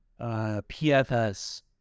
PFS